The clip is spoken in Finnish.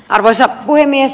arvoisa puhemies